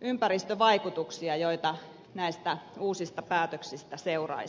ympäristövaikutuksia joita näistä uusista päätöksistä seuraisi